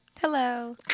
Hello